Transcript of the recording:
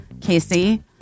Casey